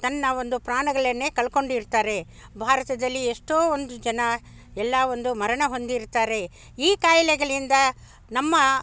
ತನ್ನ ಒಂದು ಪ್ರಾಣಗಳನ್ನೇ ಕಳ್ಕೊಂಡಿರ್ತಾರೆ ಭಾರತದಲ್ಲಿ ಎಷ್ಟೋ ಒಂದು ಜನ ಎಲ್ಲ ಒಂದು ಮರಣ ಹೊಂದಿರುತ್ತಾರೆ ಈ ಕಾಯ್ಲೆಗಳಿಂದ ನಮ್ಮ